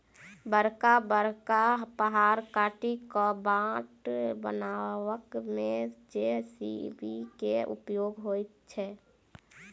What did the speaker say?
बड़का बड़का पहाड़ काटि क बाट बनयबा मे जे.सी.बी के उपयोग होइत छै